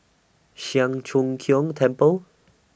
Siang Cho Keong Temple